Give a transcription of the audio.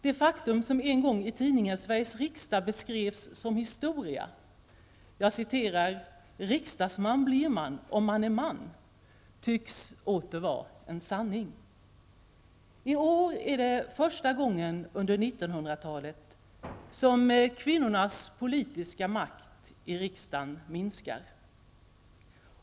Det faktum som en gång i tidningen Sveriges riksdag beskrevs som historia -- ''Riksdagsman blir man om man är man'' -- tycks åter vara en sanning. I år är det första gången under 1900-talet som kvinnornas politiska makt i riksdagen minskar.